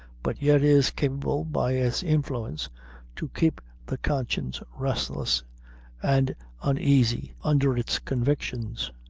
but yet is capable by its influence to keep the conscience restless and uneasy under its convictions.